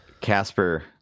Casper